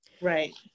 right